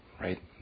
right